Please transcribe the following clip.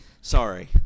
sorry